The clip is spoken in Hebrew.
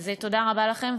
אז תודה רבה לכם,